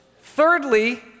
thirdly